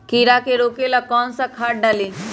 कीड़ा के रोक ला कौन सा खाद्य डाली?